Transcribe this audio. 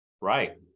Right